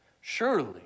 Surely